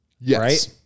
Yes